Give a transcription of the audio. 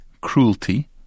cruelty